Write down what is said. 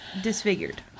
disfigured